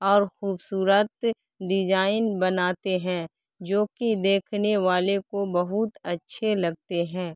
اور خوبصورت ڈیجائن بناتے ہیں جوکہ دیکھنے والے کو بہت اچھے لگتے ہیں